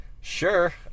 sure